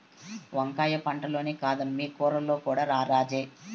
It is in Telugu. వంకాయ పంటల్లోనే కాదమ్మీ కూరల్లో కూడా రారాజే